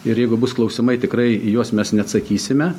ir jeigu bus klausimai tikrai į juos mes neatsakysime